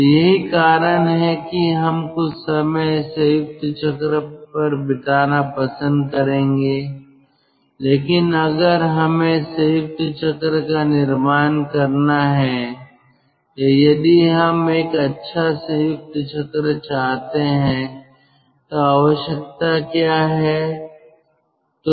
तो यही कारण है कि हम कुछ समय संयुक्त चक्र पर बिताना पसंद करेंगे लेकिन अगर हमें संयुक्त चक्र का निर्माण करना है या यदि हम एक अच्छा संयुक्त चक्र चाहते है तो आवश्यकता क्या है